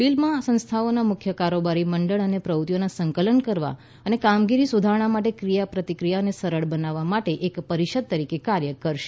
બિલમાં સંસ્થાઓના મુખ્ય કારોબારી મંડળ અને પ્રવૃત્તિઓના સંકલન કરવા અને કામગીરી સુધારણા માટે ક્રિયા પ્રતિક્રિયાને સરળ બનાવવા માટે એક પરિષદ તરીકે કાર્ય કરશે